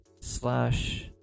slash